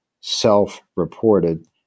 self-reported